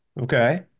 okay